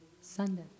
Sunday